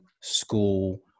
school